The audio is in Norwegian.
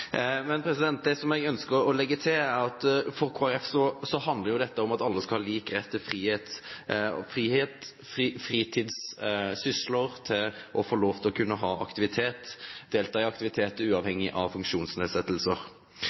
Men det jeg ønsker å legge til, er at for Kristelig Folkeparti handler dette om at alle skal ha lik rett til frihet – til fritidssysler, til å delta i aktiviteter, uavhengig av funksjonsnedsettelse. Og jeg ønsker å trekke fram livskvalitet. For det det handler om, er å få lov til å delta